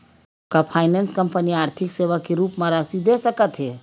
का finance company आर्थिक सेवा के रूप म राशि दे सकत हे?